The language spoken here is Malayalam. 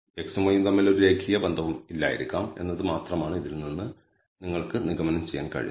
x ഉം y ഉം തമ്മിൽ ഒരു രേഖീയ ബന്ധവും ഇല്ലായിരിക്കാം എന്നത് മാത്രമാണ് ഇതിൽ നിന്ന് നിങ്ങൾക്ക് നിഗമനം ചെയ്യാൻ കഴിയുന്നത്